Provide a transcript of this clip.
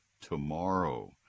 tomorrow